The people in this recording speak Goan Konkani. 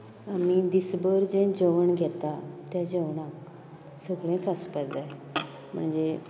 आमी दीस भर जें जेवण घेता तें जेवणांत सगळेंच आसपा जाय म्हणजें